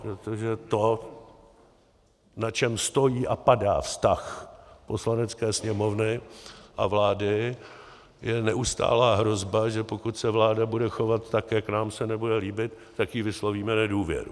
Protože to, na čem stojí a padá vztah Poslanecké sněmovny a vlády, je neustálá hrozba, že pokud se vláda bude chovat tak, jak se nám nebude líbit, tak jí vyslovíme nedůvěru.